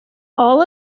all